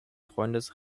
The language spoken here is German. freundes